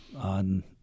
on